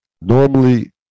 normally